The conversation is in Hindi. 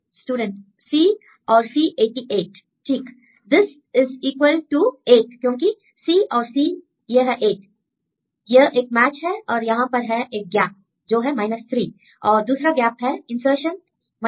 स्टूडेंट C और C 8 8 ठीक दिस इज इक्वल टू 8 क्योंकि C और C यह है 8 यह एक मैच है और यहां पर है एक गैप जो है 3 और दूसरा गैप है इन्सर्शन् 3